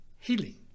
healing